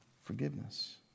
forgiveness